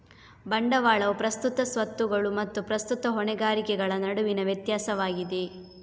ಬಂಡವಾಳವು ಪ್ರಸ್ತುತ ಸ್ವತ್ತುಗಳು ಮತ್ತು ಪ್ರಸ್ತುತ ಹೊಣೆಗಾರಿಕೆಗಳ ನಡುವಿನ ವ್ಯತ್ಯಾಸವಾಗಿದೆ